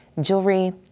jewelry